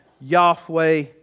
Yahweh